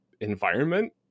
environment